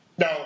No